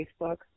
Facebook